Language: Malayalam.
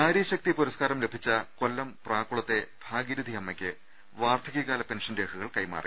നാരീശക്തി പുരസ്കാരം ലഭിച്ച കൊല്ലം പ്രാക്കുളത്തെ ഭാഗീരഥിയമ്മയ്ക്ക് വാർദ്ധകൃകാല പെൻഷൻ രേഖകൾ കൈമാറി